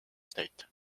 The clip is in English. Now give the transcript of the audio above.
state